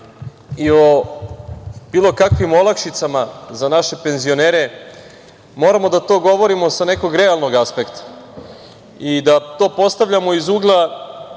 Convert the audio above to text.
i o bilo kakvim olakšicama za naše penzionere moramo da to govorimo sa nekog realnog aspekta i da to postavljamo iz ugla